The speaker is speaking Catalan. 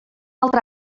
altra